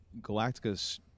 Galactica's